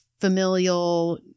familial